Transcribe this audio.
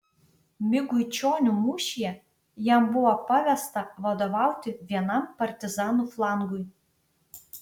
miguičionių mūšyje jam buvo pavesta vadovauti vienam partizanų flangui